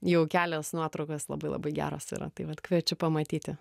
jau kelios nuotraukas labai labai geros yra tai vat kviečiu pamatyti